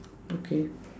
okay